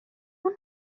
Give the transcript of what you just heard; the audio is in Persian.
اون